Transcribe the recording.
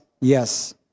yes